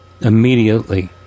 Immediately